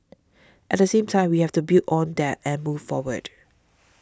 at the same time we have to build on that and move forward